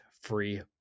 free